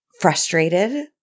frustrated